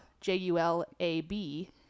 J-U-L-A-B